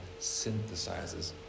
synthesizes